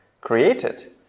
created